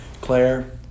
Claire